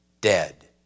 dead